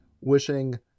wishing